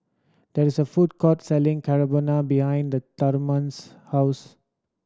there is a food court selling behind the Thurman's house